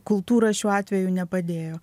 kultūra šiuo atveju nepadėjo